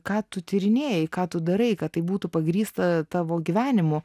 ką tu tyrinėji ką tu darai kad tai būtų pagrįsta tavo gyvenimu